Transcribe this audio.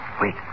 Wait